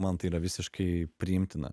man tai yra visiškai priimtina